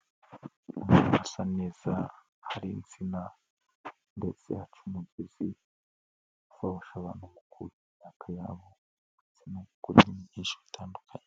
Hasa neza hari insina ndetse ndetse haca umugezi ushobora kuhira imyaka yabo ndetse no gukuramo ibintu byinshi bitandukanye.